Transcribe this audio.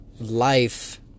life